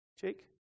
Jake